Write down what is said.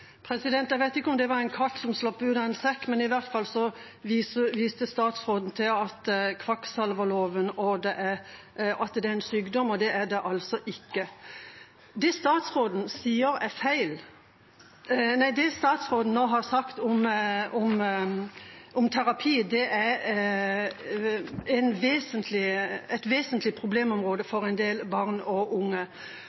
Henriksen. Jeg vet ikke om det var en katt som slapp ut av en sekk, men i hvert fall viste statsråden til «kvakksalverloven», at det er en sykdom – og det er det altså ikke. Det statsråden nå har sagt om terapi, er et vesentlig problemområde